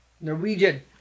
Norwegian